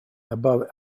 above